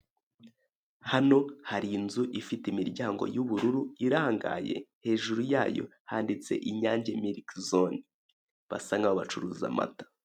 Hano hari inzu ifite imiryango y'ubururu, irangaye. Hejuru yayo handitse Inyange Mikili Zone. Basa nk'aho bacuruza amata.